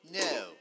No